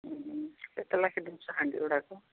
କେତେ ଲେଖାଏଁ ଦଉଛ ହାଣ୍ଡି ଗୁଡ଼ାକ